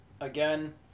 again